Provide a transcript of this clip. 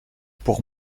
pour